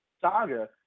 saga